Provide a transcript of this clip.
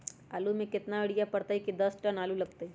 आलु म केतना यूरिया परतई की दस टन आलु होतई?